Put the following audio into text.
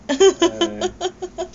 err